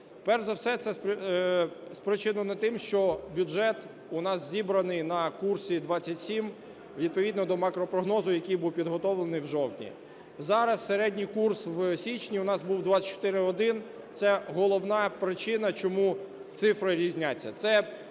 Перш за все, це спричинено тим, що бюджет у нас зібраний на курсі 27, відповідно до макропрогнозу, який був підготовлений в жовтні. Зараз середній курс в січні у нас був 24,1 – це головна причина, чому цифри різняться.